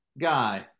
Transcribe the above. guy